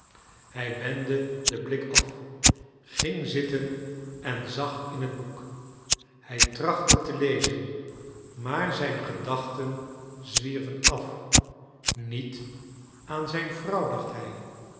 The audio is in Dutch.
hij wendde den blik af ging zitten en zag in het boek hij trachtte te lezen maar zijn gedachten zwierven af niet aan zijn vrouw dacht hij